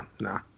nah